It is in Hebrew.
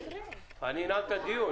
אנעל את הדיון,